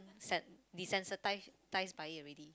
sen~ desensitize ~tized by it already